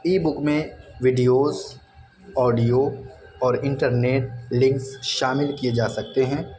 ای book میں videos audio اور internet links شامل کیے جا سکتے ہیں